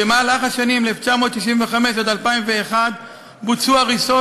במהלך השנים 1995 2001 בוצעו הריסות